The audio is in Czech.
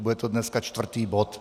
Bude to dneska čtvrtý bod.